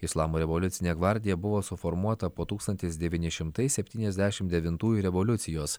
islamo revoliucinė gvardija buvo suformuota po tūkstantis devyni šimtai septyniasdešim devintųjų revoliucijos